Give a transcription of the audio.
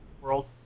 world